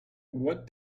what